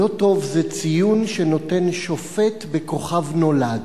לא טוב, זה ציון שנותן שופט ב"כוכב נולד".